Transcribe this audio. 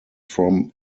from